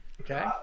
Okay